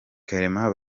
clement